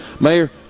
Mayor